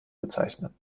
bezeichnen